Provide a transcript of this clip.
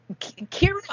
Kira